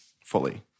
fully